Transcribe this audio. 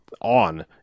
on